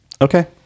Okay